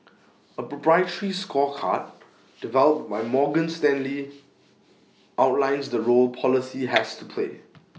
A proprietary scorecard developed by Morgan Stanley outlines the role policy has to play